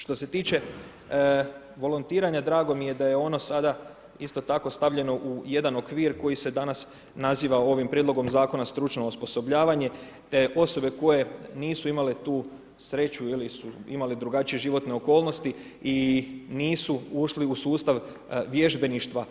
Što se tiče volontiranja, drago mi je da je ono sada isto tako stavljeno u jedan okvir, koji se danas naziva ovim prijedlogom zakona stručno osposobljavanja, osobe koje nisu imali tu sreću ili su imale drugačije životne okolnosti i nisu ušli u sustav vježbeništva,